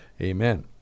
amen